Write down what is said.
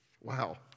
Wow